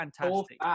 fantastic